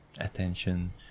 attention